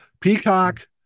peacock